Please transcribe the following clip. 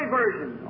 version